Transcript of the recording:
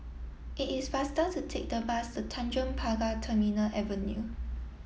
it is faster to take the bus to Tanjong Pagar Terminal Avenue